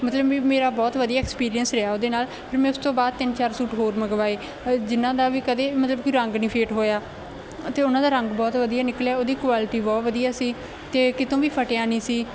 ਮਤਲਬ ਵੀ ਮੇਰਾ ਬਹੁਤ ਵਧੀਆ ਐਕਸਪੀਰੀਅੰਸ ਰਿਹਾ ਉਹਦੇ ਨਾਲ ਫਿਰ ਮੈਂ ਉਸ ਤੋਂ ਬਾਅਦ ਤਿੰਨ ਚਾਰ ਸੂਟ ਹੋਰ ਮੰਗਵਾਏ ਜਿਨ੍ਹਾਂ ਦਾ ਵੀ ਕਦੇ ਮਤਲਬ ਕੋਈ ਰੰਗ ਨਹੀਂ ਫੇਟ ਹੋਇਆ ਅਤੇ ਉਹਨਾਂ ਦਾ ਰੰਗ ਬਹੁਤ ਵਧੀਆ ਨਿਕਲਿਆ ਉਹਦੀ ਕੁਆਲਿਟੀ ਬਹੁਤ ਵਧੀਆ ਸੀ ਅਤੇ ਕਿਤੋਂ ਵੀ ਫਟਿਆ ਨਹੀਂ ਸੀ